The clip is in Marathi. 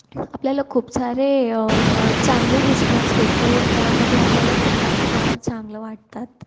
आपल्याला खूप सारे चांगले रिस्पॉन्स भेटते त्यामध्ये आपल्याला खूप फार चांगलं वाटतात